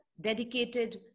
dedicated